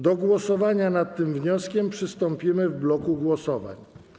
Do głosowania nad tym wnioskiem przystąpimy w bloku głosowań.